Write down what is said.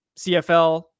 CFL